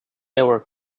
ever